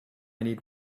need